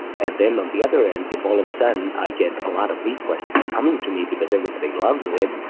and then on the other end if all of a sudden i get a lot of requests coming to me because everybody loves it,